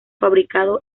fabricado